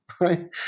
right